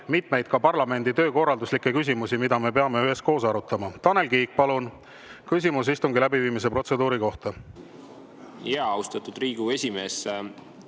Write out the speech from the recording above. mitmeid parlamendi töökorralduslikke küsimusi, mida me peame üheskoos arutama. Tanel Kiik, palun, küsimus istungi läbiviimise protseduuri kohta! Austatud Riigikogu esimees!